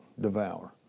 devour